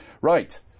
right